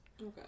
Okay